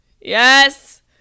Yes